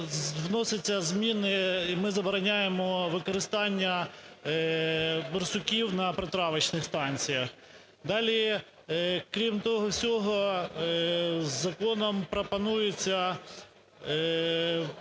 вносяться зміни і ми забороняємо використання борсуків на притравочних станціях. Далі, крім того всього, законом пропонується